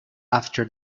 after